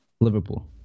Liverpool